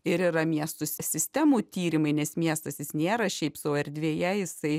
ir yra miestų sistemų tyrimai nes miestas jis nėra šiaip sau erdvėje jisai